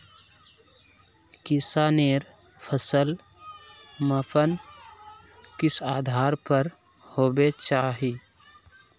किसानेर फसल मापन किस आधार पर होबे चही?